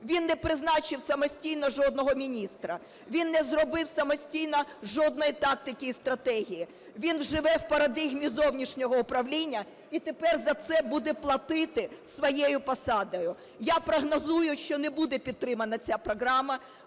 Він не призначив самостійно жодного міністра, він не зробив самостійно жодної тактики і стратегії, він живе в парадигмі зовнішнього управління і тепер за це буде платити своєю посадою. Я прогнозую, що не буде підтримана ця програма.